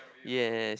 yes